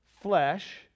flesh